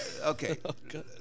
okay